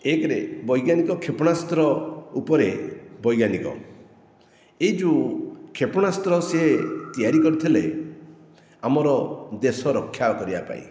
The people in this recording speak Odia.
ଏକରେ ବୈଜ୍ଞାନିକ କ୍ଷେପଣାସ୍ତ୍ର ଉପରେ ବୈଜ୍ଞାନିକ ଏହି ଯେଉଁ କ୍ଷେପଣାସ୍ତ୍ର ସିଏ ତିଆରି କରିଥିଲେ ଆମର ଦେଶ ରକ୍ଷା କରିବା ପାଇଁ